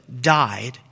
died